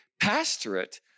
pastorate